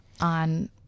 on